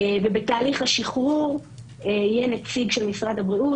בתהליך השחרור יהיה נציג של משרד הבריאות,